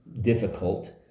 difficult